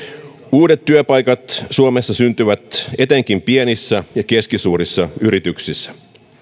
uudet työpaikat suomessa syntyvät etenkin pienissä ja keskisuurissa yrityksissä